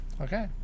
Okay